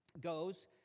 goes